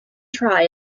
try